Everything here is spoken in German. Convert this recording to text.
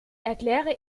erkläre